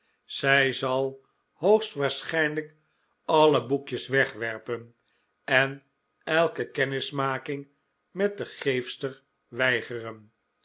zij zal hoogstwaarschijnlijk alle boekjes wegwerpen en elke kennismaking met de geefsters weigeren